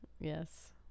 Yes